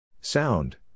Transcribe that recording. Sound